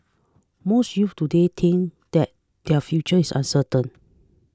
most youths today think that their future is uncertain